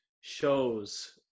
shows